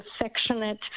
affectionate